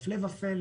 הפלא ופלא